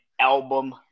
album